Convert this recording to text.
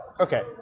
Okay